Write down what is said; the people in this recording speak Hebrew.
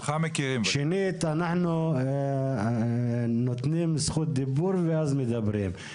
שנית אנחנו נותנים זכות דיבור ורק אז מדברים,